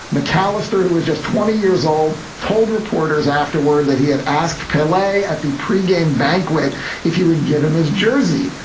mccallister, who was just twenty years old, told reporters afterward that he had asked pele at the pregame banquet if he would give him his jersey.